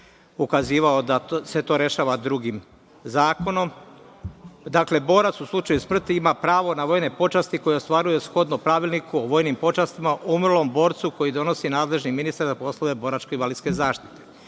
ukazivao da se to rešava drugim zakonom. Dakle, borac u slučaju smrti ima pravo na vojne počasti koje ostvaruje shodno pravilniku vojnim počastima umrlom borcu koji donosi nadležni ministar za poslove boračko-invalidske zaštite. Zakon